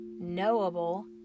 knowable